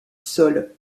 sol